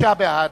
85 בעד,